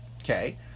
okay